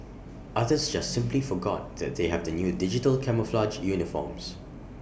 others just simply forgot that they have the new digital camouflage uniforms